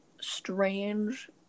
strange